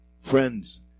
friends